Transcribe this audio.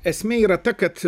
esmė yra ta kad